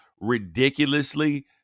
ridiculously